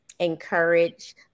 encourage